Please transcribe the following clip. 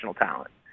talent